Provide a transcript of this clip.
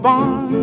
on